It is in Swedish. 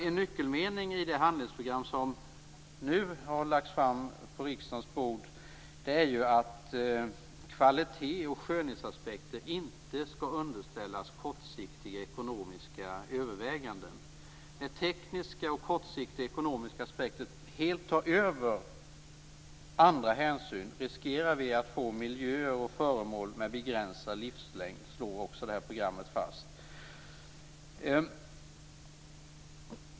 En nyckelmening i det handlingsprogram som nu har lagts fram på riksdagens bord är ju att kvalitet och skönhetsaspekter inte skall underställas kortsiktiga ekonomiska överväganden. När tekniska och kortsiktiga ekonomiska aspekter helt tar över andra hänsyn riskerar vi att få miljöer och föremål med begränsad livslängd. Detta slås också fast i programmet.